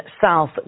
South